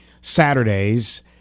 Saturdays